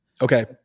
Okay